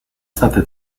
state